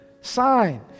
Sign